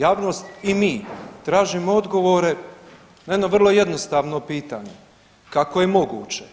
Javnost i mi tražimo odgovore na jedno vrlo jednostavno pitanje kako je moguće